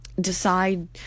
decide